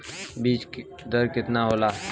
बीज दर केतना होला?